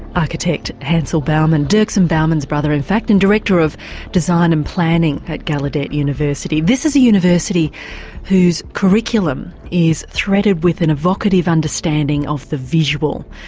architect hansel bauman, dirksen bauman's brother, in fact, and director of design and planning at gallaudet university. this is a university whose curriculum is threaded with an evocative understanding of the visual.